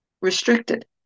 restricted